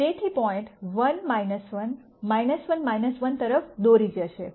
તેથી પોઈન્ટ 1 1 1 1 તરફ દોરી જશે